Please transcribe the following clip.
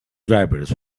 drivers